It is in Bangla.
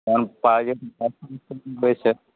কারণ পাড়ায় যে হয়েছে